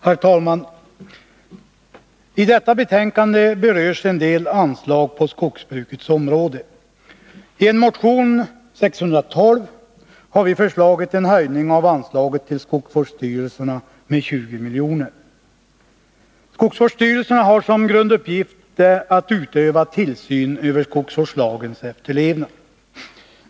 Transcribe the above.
Herr talman! I detta betänkande berörs en del anslag på skogsbrukets område. I motion 612 har vi föreslagit en höjning av anslaget till skogsvårdsstyrelserna med 20 milj.kr. Skogsvårdsstyrelserna har som grunduppgift att utöva tillsyn över skogsvårdslagens efterlevnad.